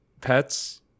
pets